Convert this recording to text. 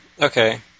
Okay